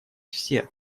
все